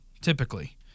typically